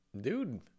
dude